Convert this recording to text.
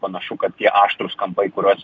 panašu kad tie aštrūs kampai kuriuos